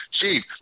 Chief